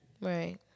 right